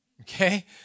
Okay